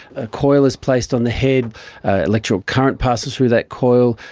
a coil is placed on the head, an electrical current passes through that coil,